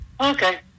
okay